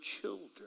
children